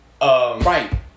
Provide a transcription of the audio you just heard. right